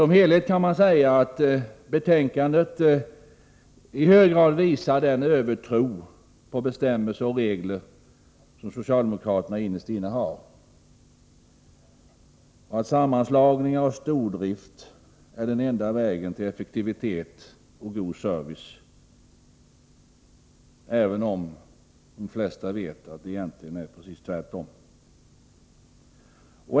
Man kan säga att betänkandet i hög grad visar den övertro på bestämmelser och regler som socialdemokraterna innerst inne har. De hävdar att sammanslagningar och stordrift är den enda vägen till effektivitet och god service, även om de flesta människor vet att det egentligen är precis tvärtom.